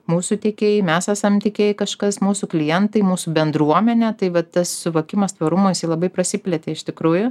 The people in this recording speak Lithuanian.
mūsų tiekėjai mes esam tiekėjai kažkas mūsų klientai mūsų bendruomenė tai vat tas suvokimas tvarumo jisai labai prasiplėtė iš tikrųjų